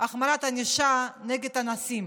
להחמרת ענישה נגד אנסים.